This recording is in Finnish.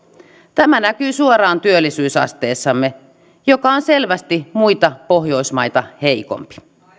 tämä näkyy suoraan työllisyysasteessamme joka on selvästi muita pohjoismaita heikompi